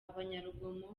abanyarugomo